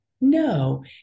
No